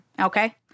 Okay